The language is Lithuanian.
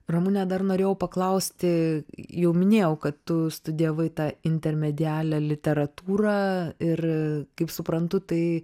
ramune dar norėjau paklausti jau minėjau kad tu studijavai tą intermedialę literatūrą ir kaip suprantu tai